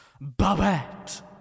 Babette